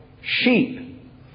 sheep